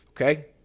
Okay